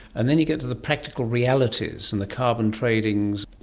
and then you get to the practical realities and the carbon tradings,